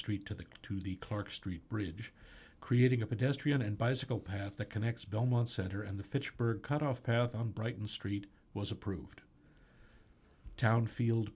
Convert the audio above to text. street to the to the clark street bridge creating a pedestrian and bicycle path that connects belmont center and the fitchburg cut off path on brighton street was approved town field